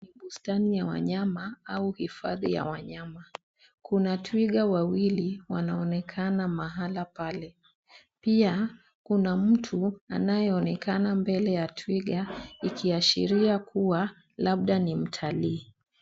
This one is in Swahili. Bustani ya wanyama au hifadhi ya wanyama. Kuna twiga wawili wanaonekana mahala pale. Pia kuna mtu anayeonekana mbele ya twiga ikiashiria kuwa labda ni mtalii.